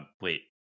Wait